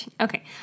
Okay